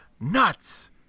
nuts